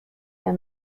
der